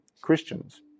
Christians